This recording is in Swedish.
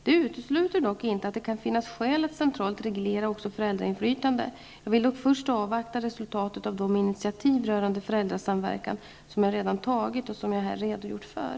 Det utesluter dock inte att det kan finnas skäl att centralt reglera också föräldrainflytande. Jag vill dock först avvakta resultatet av de initiativ rörande föräldrasamverkan som jag redan tagit och som jag här redogjort för.